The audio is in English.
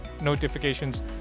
notifications